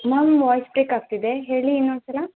ma'am voice break ಆಗ್ತಿದೆ ಹೇಳಿ ಇನ್ನೊಂದು ಸಲ